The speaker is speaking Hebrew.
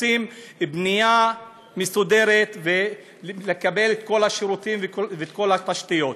רוצים בנייה מסודרת ורוצים לקבל את כל השירותים ואת כל התשתיות.